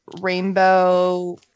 rainbow